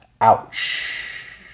Ouch